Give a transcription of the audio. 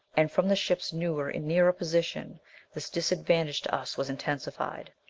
and from the ship's newer and nearer position this disadvantage to us was intensified.